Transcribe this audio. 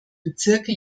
bezirke